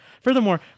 Furthermore